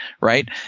right